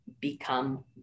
become